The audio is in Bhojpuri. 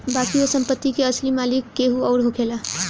बाकी ओ संपत्ति के असली मालिक केहू अउर होखेला